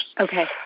Okay